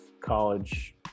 college